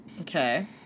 Okay